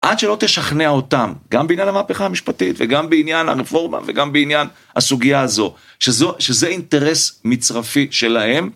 עד שלא תשכנע אותם, גם בעניין המהפכה המשפטית וגם בעניין הרפורמה וגם בעניין הסוגיה הזו, שזה אינטרס מצרפי שלהם.